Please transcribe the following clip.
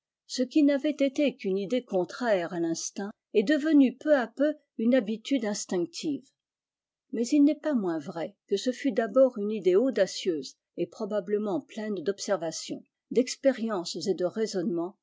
ce qui n'avait été qu'une idée contraire à l'instinct est devenu peu à peu une habitude instinctive mais il n'est pas moins vrai que ce fut d'abord une idée audacieuse et probablement pleine d'observations d'expériences et de raisonnements